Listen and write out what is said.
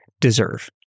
deserve